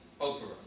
opera